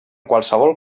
qualsevol